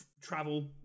travel